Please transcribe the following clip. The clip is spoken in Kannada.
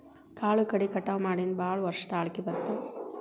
ಕಾಳು ಕಡಿ ಕಟಾವ ಮಾಡಿಂದ ಭಾಳ ವರ್ಷ ತಾಳಕಿ ಬರ್ತಾವ